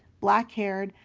black-haired,